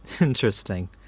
Interesting